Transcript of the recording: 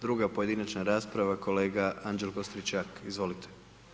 Druga pojedinačna rasprava kolega Anđelko Stričak, izvolite.